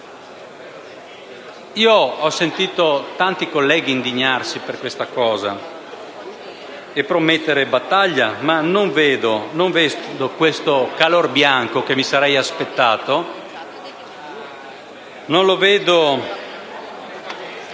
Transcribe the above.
Ho sentito tanti colleghi indignarsi per questo e promettere battaglia, ma non vedo il calor bianco che mi sarei aspettato e me ne